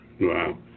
Wow